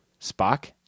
Spock